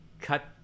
cut